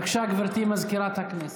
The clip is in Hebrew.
בבקשה, גברתי סגנית מזכירת הכנסת.